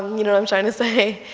you know, i'm trying to say,